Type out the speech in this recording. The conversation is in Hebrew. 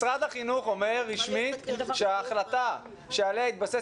משרד החינוך אומר רשמית שההחלטה עליה התבסס